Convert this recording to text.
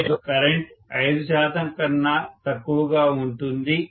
Irated లో current 5 శాతం కన్నా తక్కువగా ఉంటుంది